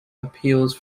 appeals